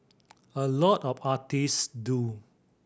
a lot of artist do